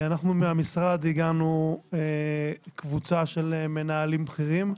אנחנו מהמשרד הגענו קבוצה של מנהלים בכירים.